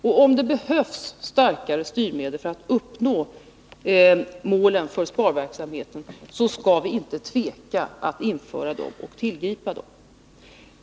Om det behövs starkare styrmedel för att uppnå målen för sparverksamheten, skall vi inte tveka att tillgripa dem.